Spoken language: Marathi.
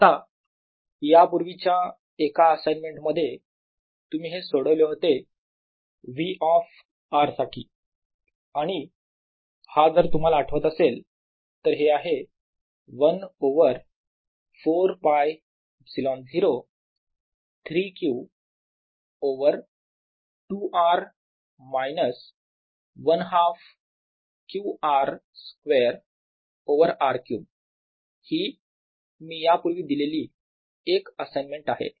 आता यापूर्वीच्या एका असाइनमेंट मध्ये तुम्ही हे सोडवले होते V ऑफ r साठी आणि हा जर तुम्हाला आठवत असेल तर हे आहे 1 over 4 π ε0 3 Q over 2 R minus 1 half Q r square over R cube ही मी यापूर्वी दिलेली एक असाइन्मेंट आहे